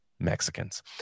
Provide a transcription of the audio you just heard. mexicans